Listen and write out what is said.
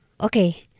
okay